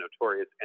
notorious